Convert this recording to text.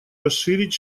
расширить